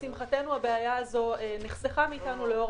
לשמחתנו הבעיה הזו נחסכה מאתנו לאור